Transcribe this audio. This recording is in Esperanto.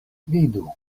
vidu